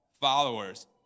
followers